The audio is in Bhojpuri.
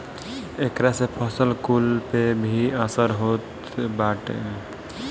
एकरा से फसल कुल पे भी असर होत बाटे